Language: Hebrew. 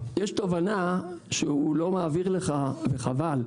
יש תובנה שהוא לא מעביר לך וחבל.